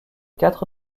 quatre